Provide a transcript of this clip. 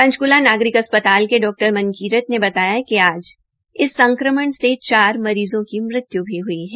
पंचकूला नागरकि अस्प्ताल के डा मनकीरत ने बताया कि आज इस संक्रमण से चार मरीज़ों की मृत्यु भी हुई है